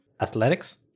Athletics